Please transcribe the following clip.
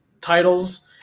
titles